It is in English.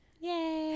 Yay